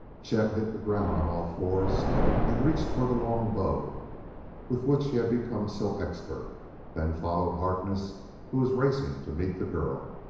chet hit the ground on all fours and reached for the long bow with which he had become so expert then followed harkness who was racing to meet the girl.